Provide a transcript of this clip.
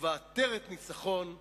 ובעטרת ניצחון תעטרם.